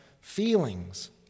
feelings